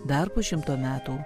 dar po šimto metų